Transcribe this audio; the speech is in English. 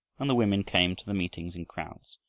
and the women came to the meetings in crowds,